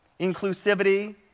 inclusivity